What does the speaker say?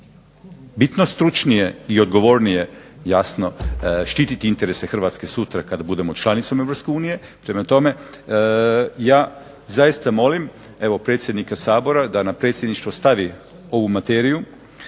bitno stručnije i odgovornije štititi interese Hrvatske sutra kada budemo članicom EU. Prema tome, ja zaista molim predsjednika SAbora da na Predsjedništvo stavi ovu materiju.